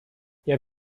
jak